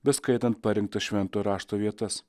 beskaitant parinktas švento rašto vietas